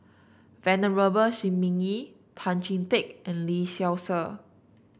Venerable Shi Ming Yi Tan Chee Teck and Lee Seow Ser